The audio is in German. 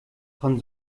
von